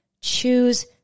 choose